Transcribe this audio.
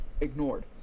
ignored